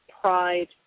pride